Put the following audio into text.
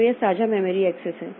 तो यह साझा मेमोरी एक्सेस है